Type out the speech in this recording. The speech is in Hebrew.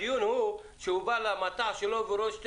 הדיון הוא שאדם בא למטע שלו ורואה שתי